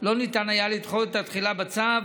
לא היה אפשר לדחות את התחילה בצו